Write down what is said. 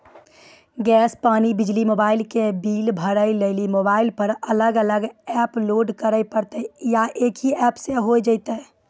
Gas, पानी, बिजली, mobile के बिल भरे लेली मोबाइल पर अलग अलग एप्प लोड करे परतै या एक ही एप्प से होय जेतै?